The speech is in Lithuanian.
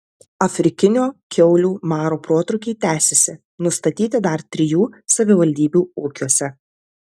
afrikinio kiaulių maro protrūkiai tęsiasi nustatyti dar trijų savivaldybių ūkiuose